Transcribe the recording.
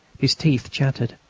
his teeth chattered,